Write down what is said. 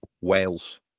Wales